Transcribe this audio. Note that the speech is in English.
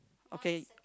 okay